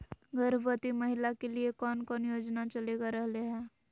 गर्भवती महिला के लिए कौन कौन योजना चलेगा रहले है?